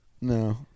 No